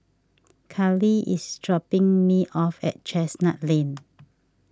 Carleigh is dropping me off at Chestnut Lane